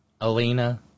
Alina